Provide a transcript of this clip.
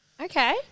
Okay